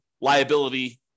liability